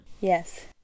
Yes